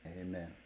Amen